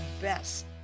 best